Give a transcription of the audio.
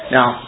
Now